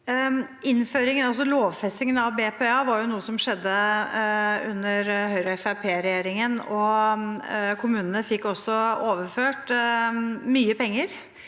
lovfestingen av BPA var jo noe som skjedde under Høyre–Fremskrittsparti-regjeringen. Kommunene fikk også overført mye penger